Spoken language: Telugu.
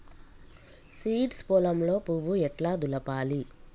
సీడ్స్ పొలంలో పువ్వు ఎట్లా దులపాలి?